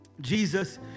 Jesus